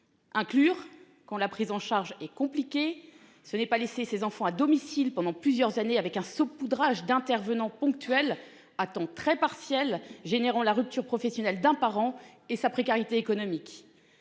Inclure qu'la prise en charge et compliqué. Ce n'est pas laisser ses enfants à domicile pendant plusieurs années avec un saupoudrage d'intervenants ponctuels à temps très partiel générant la rupture professionnelle d'un parent et sa précarité économique.